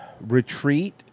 retreat